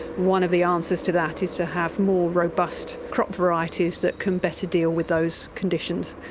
one of the answers to that is to have more robust crop varieties that can better deal with those conditions,